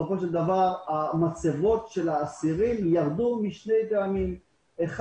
בסופו של דבר המצבות של האסירים ירדו משני טעמים: א',